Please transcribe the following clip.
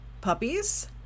puppies